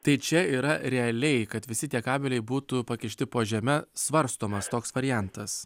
tai čia yra realiai kad visi tie kabeliai būtų pakišti po žeme svarstomas toks variantas